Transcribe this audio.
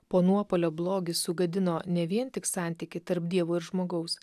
po nuopuolio blogis sugadino ne vien tik santykį tarp dievo ir žmogaus